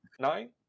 nine